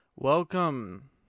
Welcome